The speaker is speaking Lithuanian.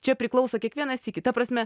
čia priklauso kiekvieną sykį ta prasme